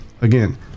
Again